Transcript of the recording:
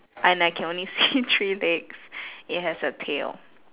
and I can only see three legs it has a tail